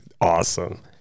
Awesome